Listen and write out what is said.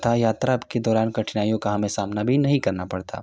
तथा यात्रा के दौरान कठिनाइयों का हमें सामना भी हमें नहीं करना पड़ता